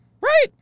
right